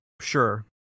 Sure